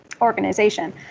organization